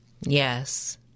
yes